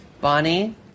Bonnie